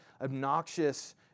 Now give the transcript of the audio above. obnoxious